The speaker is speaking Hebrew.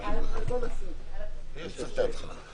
בשעה 21:15.)